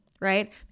right